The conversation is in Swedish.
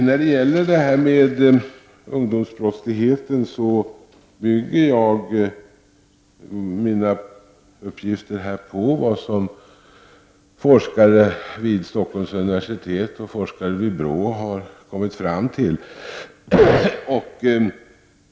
När det gäller ungdomsbrottsligheten bygger jag mina uppgifter på vad forskare vid Stockholms universitet och BRÅ kommit fram till.